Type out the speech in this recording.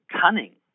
cunning